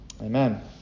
Amen